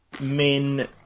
Min